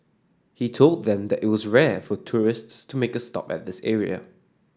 he told them that it was rare for tourists to make a stop at this area